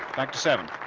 back to seven.